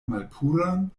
malpuran